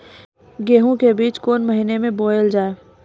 गेहूँ के बीच कोन महीन मे बोएल जाए?